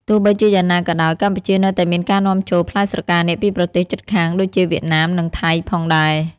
ទោះបីជាយ៉ាងណាក៏ដោយ កម្ពុជានៅតែមានការនាំចូលផ្លែស្រកានាគពីប្រទេសជិតខាងដូចជាវៀតណាម និងថៃ ផងដែរ។